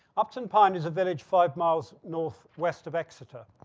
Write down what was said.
upton pyne is a village five miles north west of exeter,